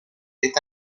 est